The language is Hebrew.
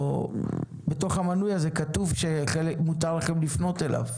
או בתוך המנוי הזה כתוב שמותר לכם לפנות אליו.